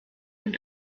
und